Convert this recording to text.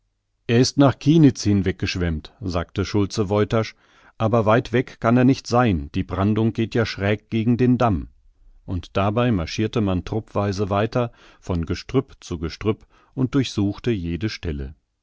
er ist nach kienitz hin weggeschwemmt sagte schulze woytasch aber weit weg kann er nicht sein die brandung geht ja schräg gegen den damm und dabei marschirte man truppweise weiter von gestrüpp zu gestrüpp und durchsuchte jede stelle